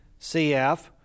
CF